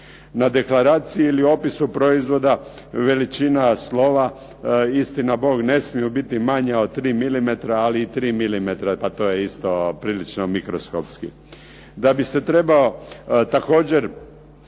Na deklaraciji ili opisu proizvoda veličina slova istina bog ne smiju biti manja od 3 milimetra ali i 3 milimetra, to je prilično isto mikroskopski. Da bi se trebao također